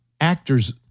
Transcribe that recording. actors